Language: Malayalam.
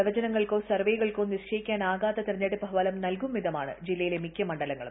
പ്രവചനങ്ങൾക്കോ സർവേകൾക്കോ നിശ്ചയിക്കാനാവാത്ത തിരഞ്ഞെടുപ്പ് ഫലം നൽകും വിധമാണ് ജില്ലയിലെ മിക്ക മണ്ഡലങ്ങളും